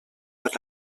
per